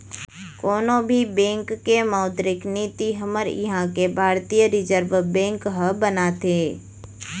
कोनो भी बेंक के मौद्रिक नीति हमर इहाँ के भारतीय रिर्जव बेंक ह बनाथे